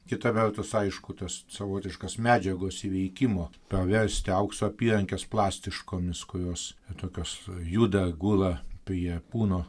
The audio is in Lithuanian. kita vertus aišku tas savotiškas medžiagos įveikimo paversti aukso apyrankes plastiškomis kurios tokios juda gula prie kūno